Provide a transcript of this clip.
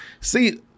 see